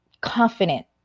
confident